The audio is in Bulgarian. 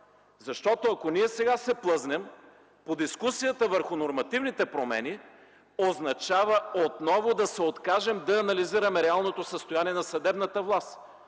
защото ако ние сега се плъзнем по дискусията върху нормативните промени, това означава отново да се откажем да анализираме реалното състояние на съдебната власт.